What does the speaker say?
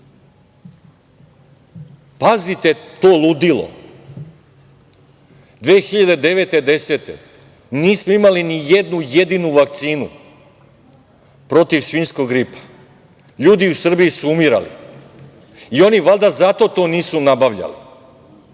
Pazite to ludilo. Godine 2009. i 2010. nismo imali ni jednu jedinu vakcinu protiv svinjskog gripa. Ljudi u Srbiji su umirali. I oni valjda zato to nisu nabavljali,